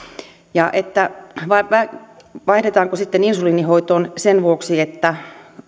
ja vaihdetaanko sitten insuliinihoitoon sen vuoksi että